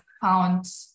found